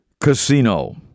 casino